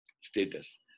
status